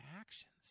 actions